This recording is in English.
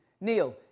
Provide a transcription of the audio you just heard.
Neil